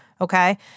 Okay